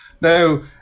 Now